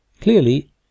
Clearly